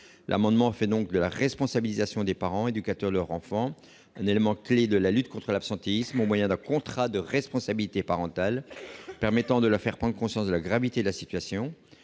L'amendement tend donc à faire de la responsabilisation des parents, éducateurs de leur enfant, un élément clé de la lutte contre l'absentéisme, au moyen d'un contrat de responsabilité parentale permettant de leur faire prendre conscience de la gravité de la situation.